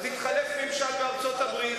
אז התחלף ממשל בארצות-הברית,